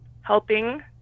helping